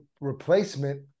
replacement